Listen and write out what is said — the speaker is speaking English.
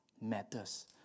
matters